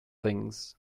things